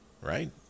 right